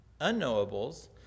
unknowables